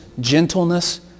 gentleness